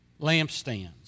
lampstands